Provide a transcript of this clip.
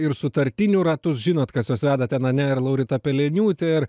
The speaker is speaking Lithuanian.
ir sutartinių ratus žinot kas juos veda ten ane ir laurita peleniūtė ir